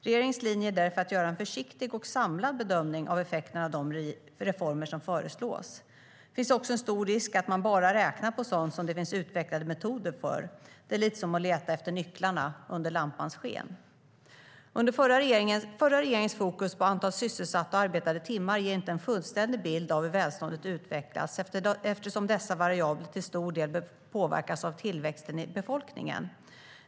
Regeringens linje är därför att göra en försiktig och samlad bedömning av effekterna av de reformer som föreslås. Det finns också en stor risk att man bara räknar på sådant som det finns utvecklade metoder för. Det är lite som att leta efter nycklarna under lampans sken. Förra regeringens fokus på antal sysselsatta och arbetade timmar ger inte en fullständig bild av hur välståndet utvecklats eftersom dessa variabler till stor del påverkas av tillväxten i befolkningen.